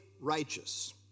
righteous